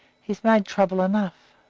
he's made trouble enough.